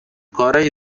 کارای